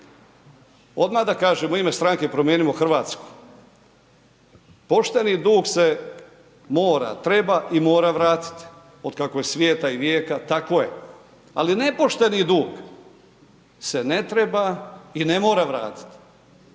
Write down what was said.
Odmah da kažem u ime Stranke promijenimo Hrvatsku, pošteni dug se mora, treba i mora vratiti od kako je svijeta i vijeka tako je, ali nepošteni dug se ne treba i ne mora vratit.